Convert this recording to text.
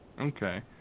Okay